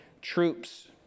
troops